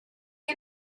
you